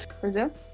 Brazil